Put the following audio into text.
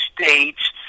states